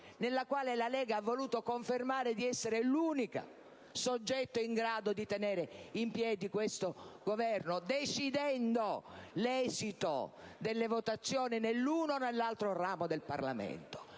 nella quale la Lega ha voluto confermare di essere l'unico soggetto in grado di tenere in piedi questo Governo, decidendo l'esito delle votazioni nell'uno e nell'altro ramo del Parlamento?